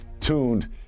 tuned